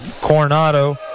Coronado